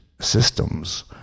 systems